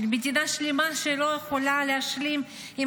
של מדינה שלמה שלא יכולה להשלים עם